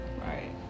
Right